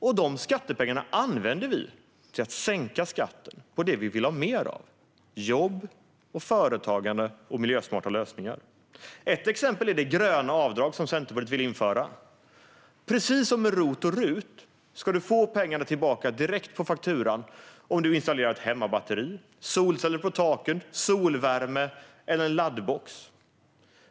Dessa skattepengar använder vi till att sänka skatten på det vi vill ha mer av: jobb, företagande och miljösmarta lösningar. Ett exempel är det gröna avdrag som Centerpartiet vill införa. Precis som med ROT och RUT ska du få pengarna tillbaka direkt på fakturan om du installerar ett hemmabatteri, solceller på taket, solvärme eller en laddbox.